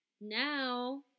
now